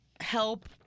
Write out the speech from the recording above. help